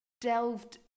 delved